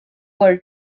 were